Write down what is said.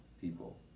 people